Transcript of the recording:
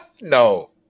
No